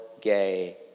gay